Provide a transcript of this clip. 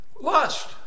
lust